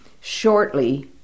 shortly